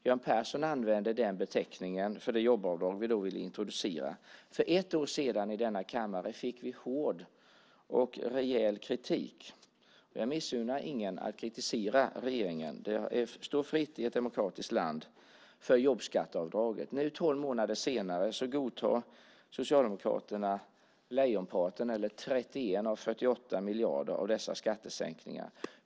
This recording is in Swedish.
Göran Persson använde den beteckningen för det jobbavdrag vi då ville introducera. För ett år sedan i denna kammare fick vi hård och rejäl kritik. Jag missunnar ingen att kritisera regeringen - det står fritt i ett demokratiskt land - för jobbskatteavdraget. Nu tolv månader senare godtar Socialdemokraterna lejonparten, eller 31 av 48 miljarder, av dessa skattesänkningar.